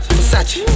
Versace